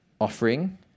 offering